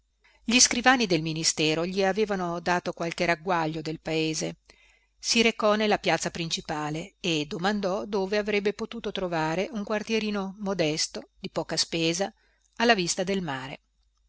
gli scrivani del ministero gli avevano dato qualche ragguaglio del paese si recò nella piazza principale e domandò dove avrebbe potuto trovare un quartierino modesto di poca spesa alla vista del mare